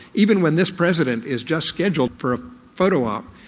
even when this president is just scheduled for a photo op,